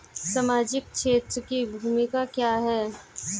सामाजिक क्षेत्र की भूमिका क्या है?